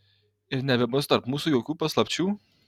ir nebebus tarp mūsų jokių paslapčių